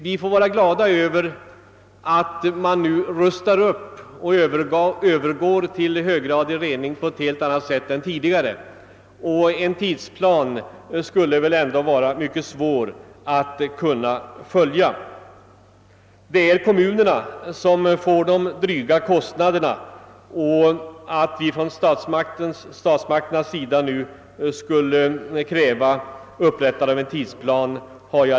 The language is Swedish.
Vi får vara glada över att de nu övergår till höggradig rening i en helt annan takt än tidigare. En tidsplan skulle väl också vara svår att följa. Det är kommunerna som får betala de dryga kostnaderna, och jag har svårt att förstå hur statsmakterna nu skulle kunna kräva upprättande av en tidsplan.